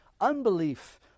unbelief